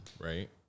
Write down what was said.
right